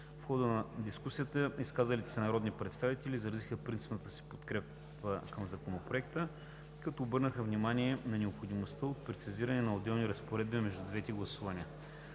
В хода на дискусията изказалите се народни представители изразиха принципната си подкрепа към Законопроекта, като обърнаха внимание на необходимостта от прецизиране на отделни разпоредби между двете гласувания.